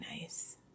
nice